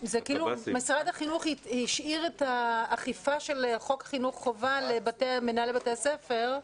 משרד החינוך השאיר את האכיפה של חוק חינוך חובה למנהלי בתי הספר.